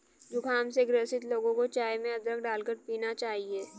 जुखाम से ग्रसित लोगों को चाय में अदरक डालकर पीना चाहिए